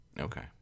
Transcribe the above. Okay